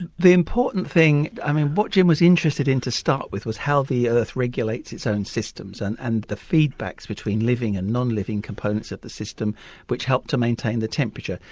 the important thing. um ah what jim was interested in to start with was how the earth regulates its own systems and and the feedbacks between living and non-living components of the system which help to maintain the temperature.